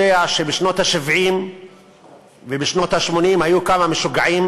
שבשנות ה-70 ובשנות ה-80 היו כמה משוגעים